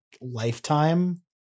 lifetime